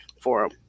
forum